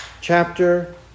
chapter